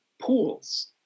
pools